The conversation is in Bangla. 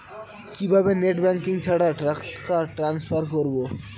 কিভাবে নেট ব্যাঙ্কিং ছাড়া টাকা ট্রান্সফার করবো?